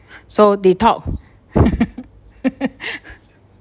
so they talk